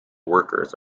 workers